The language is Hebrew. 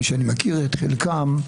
שאני מכיר את חלקם,